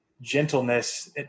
gentleness